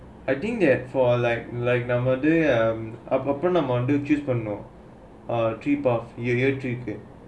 I think that for like like um ah rather popular model chips one know ah three paths area three pin